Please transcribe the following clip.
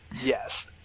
Yes